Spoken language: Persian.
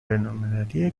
بینالمللی